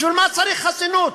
בשביל מה צריך חסינות?